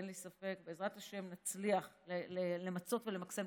אין לי ספק שבעזרת השם נצליח למצות ולמקסם